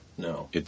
No